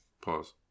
Pause